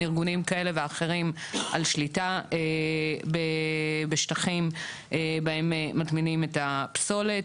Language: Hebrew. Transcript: ארגונים כאלה ואחרים על שליטה בשטחים בהם מטמינים את הפסולת.